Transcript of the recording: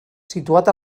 situat